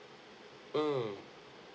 mm